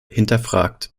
hinterfragt